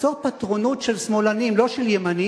זו פטרונות של שמאלנים, לא של ימנים,